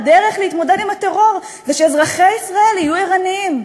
הדרך להתמודד עם הטרור זה שאזרחי ישראל יהיו ערניים.